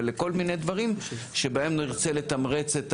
אבל לכל מיני דברים שבהם נרצה לתמרץ את